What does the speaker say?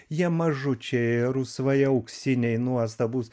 jie mažučiai rusvai auksiniai nuostabūs